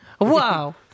wow